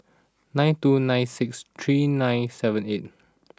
nine two nine six three nine seven eight